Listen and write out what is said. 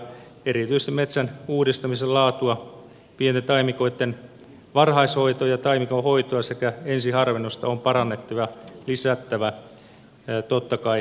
erityisesti metsän uudistamisen laatua pienten taimikoitten varhaishoitoa ja taimikon hoitoa sekä ensiharvennusta on totta kai parannettava ja lisättävä nykyisestään